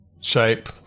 shape